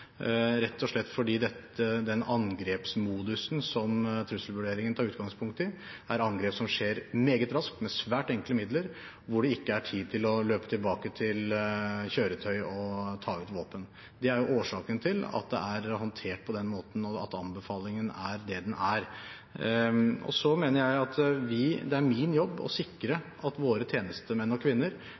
rett og slett fordi den angrepsmodusen som trusselvurderingen tar utgangspunkt i, er angrep som skjer meget raskt, med svært enkle midler, og hvor det ikke er tid til å løpe tilbake til kjøretøy og ta ut våpen. Det er årsaken til at det er håndtert på den måten, og at anbefalingen er det den er. Det er min jobb å sikre at våre tjenestemenn og -kvinner er trygge i arbeidssituasjonen sin, både for egen beskyttelse og